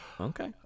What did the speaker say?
okay